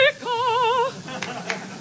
America